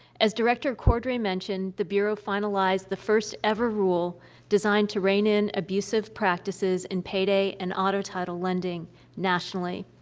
as director cordray mentioned, the bureau finalized the first-ever rule designed to rein in abusive practices in payday and auto title lending nationally.